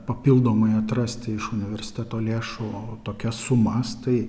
papildomai atrasti iš universiteto lėšų tokias sumas tai